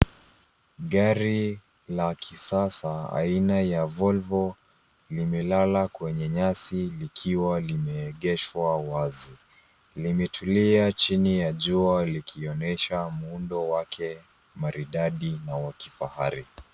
Gari ya kisasa aina ya Volvo limelala kwenye nyasi likiwa limeegeshwa wazi. Limetulia chini ya jua likonyesha muundo wake maridadi na wa kifahari.